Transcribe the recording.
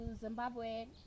Zimbabwe